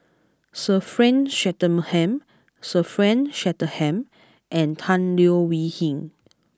Sir Frank Swettenham Sir Frank Swettenham and Tan Leo Wee Hin